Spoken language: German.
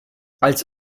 als